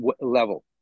level